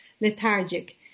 lethargic